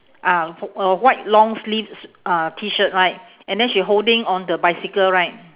ah a white long sleeve s~ uh T-shirt right and then she holding on the bicycle right